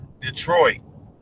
Detroit